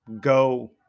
go